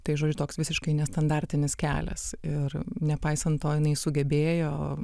tai žodžiu toks visiškai nestandartinis kelias ir nepaisant to jinai sugebėjo